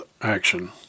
action